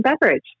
beverage